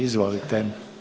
Izvolite.